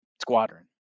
squadron